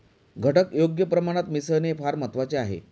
घटक योग्य प्रमाणात मिसळणे फार महत्वाचे आहे